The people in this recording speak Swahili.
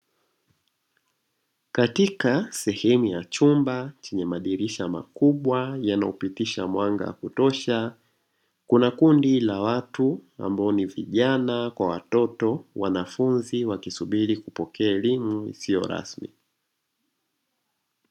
Katika sehemu ya chumba chenye madirisha makubwa yanayopitisha mwanga wa kutosha kuna kundi la watu ambao ni vijana kwa watoto, wanafunzi wakisubiri kupokea elimu isio rasmi.